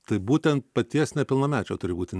tai būtent paties nepilnamečio turi būti